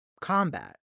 combat